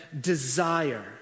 desire